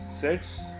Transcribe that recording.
sets